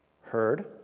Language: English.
Heard